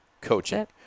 coaching